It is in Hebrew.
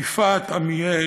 יפעת עמיאל,